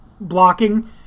blocking